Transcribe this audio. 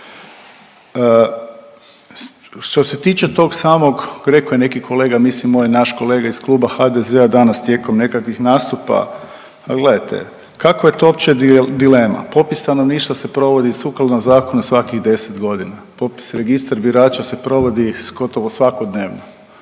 Što se tiče tog samog rekao je neki kolega, mislim ovaj naš kolega iz kluba HDZ-a danas tijekom nekakvih nastupa. Ha gledajte kako je to uopće dilema? Popis stanovništva se provodi sukladno zakonu svakih 10 godina, popis registra birača se provodi gotovo svakodnevno,